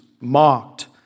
mocked